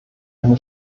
eine